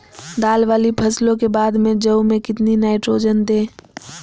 दाल वाली फसलों के बाद में जौ में कितनी नाइट्रोजन दें?